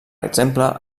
exemple